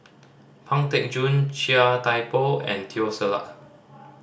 Pang Teck Joon Chia Thye Poh and Teo Ser Luck